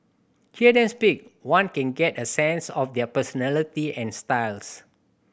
hear them speak one can get a sense of their personality and styles